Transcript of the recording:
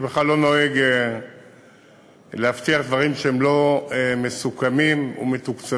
אני בכלל לא נוהג להבטיח דברים שהם לא מסוכמים ומתוקצבים.